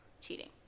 cheating